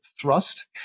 thrust